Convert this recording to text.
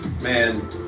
man